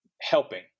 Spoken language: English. helping